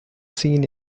seen